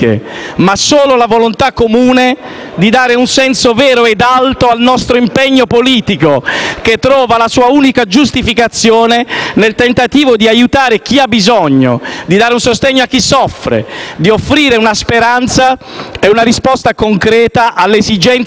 di dare un senso vero e alto al nostro impegno politico, che trova la sua unica giustificazione nel tentativo di aiutare chi ha bisogno, di dare un sostegno a chi soffre, di offrire una speranza e una risposta concreta alle esigenze dei cittadini, delle persone.